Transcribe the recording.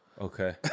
Okay